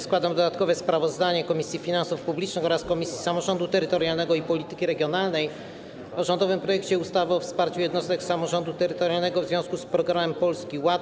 Składam dodatkowe sprawozdanie Komisji Finansów Publicznych oraz Komisji Samorządu Terytorialnego i Polityki Regionalnej o rządowym projekcie ustawy o wsparciu jednostek samorządu terytorialnego w związku z Programem Polski Ład.